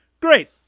great